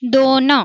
दोन